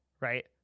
right